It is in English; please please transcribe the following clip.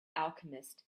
alchemist